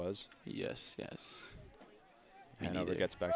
was yes yes you know that gets back